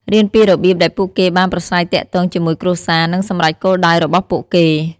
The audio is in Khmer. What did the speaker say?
រៀនពីរបៀបដែលពួកគេបានប្រាស្រ័យទាក់ទងជាមួយគ្រួសារ និងសម្រេចគោលដៅរបស់ពួកគេ។